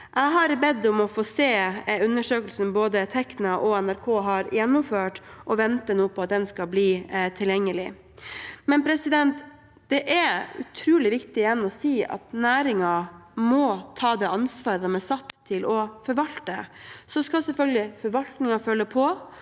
Jeg har bedt om å få se undersøkelsen Tekna – og NRK – har gjennomført, og venter nå på at den skal bli tilgjengelig. Det er utrolig viktig – igjen – å si at næringen må ta det ansvaret den er satt til å forvalte. Så skal selvfølgelig forvaltningen følge opp,